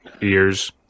ears